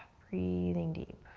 breathing deep.